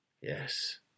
Yes